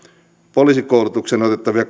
poliisikoulutukseen otettavia